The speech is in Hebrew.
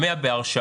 ה-100 הם בהרשאה.